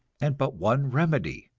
and but one remedy.